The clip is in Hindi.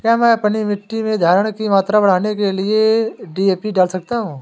क्या मैं अपनी मिट्टी में धारण की मात्रा बढ़ाने के लिए डी.ए.पी डाल सकता हूँ?